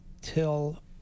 till